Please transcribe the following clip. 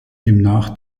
demnach